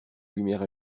lumière